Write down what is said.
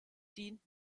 dient